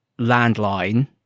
landline